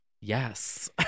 Yes